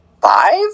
Five